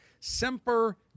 semper